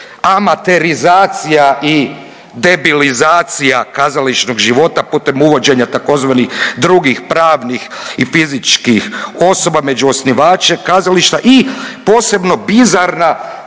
amaterizacija i debilizacija kazališnog života putem uvođenja tzv. drugih pravnih i fizičkih osoba među osnivače kazališta i posebno bizarna